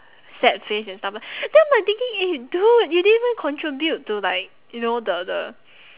sad face and stuff lah then we're thinking eh dude you didn't even contribute to like you know the the